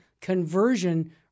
conversion